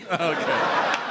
Okay